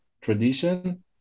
tradition